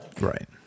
Right